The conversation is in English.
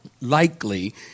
likely